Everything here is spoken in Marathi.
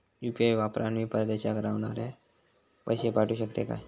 यू.पी.आय वापरान मी परदेशाक रव्हनाऱ्याक पैशे पाठवु शकतय काय?